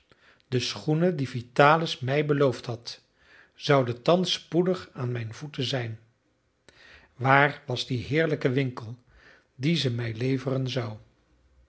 de schoenen die vitalis mij beloofd had zouden thans spoedig aan mijn voeten zijn waar was de heerlijke winkel die ze mij leveren zou